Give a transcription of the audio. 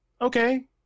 okay